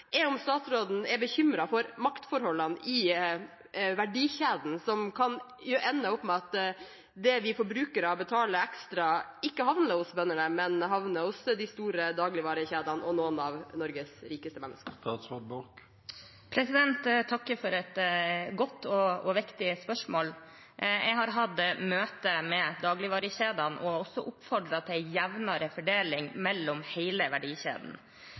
er om statsråden er bekymret for maktforholdene i verdikjeden, som kan ende opp med at det vi forbrukere betaler ekstra, ikke havner hos bøndene, men havner hos de store dagligvarekjedene og noen av Norges rikeste mennesker. Jeg takker for et godt og viktig spørsmål. Jeg har hatt møte med dagligvarekjedene og også oppfordret til en jevnere fordeling gjennom hele verdikjeden.